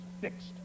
fixed